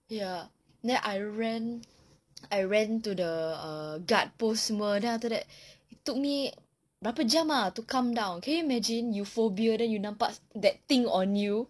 ya then I ran I ran to the err guard posts semua then after that it took me berapa jam ah to calm down can you imagine you phobia then you nampak that thing on you